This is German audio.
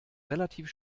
relativ